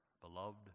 beloved